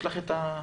יש לך את האכיפה?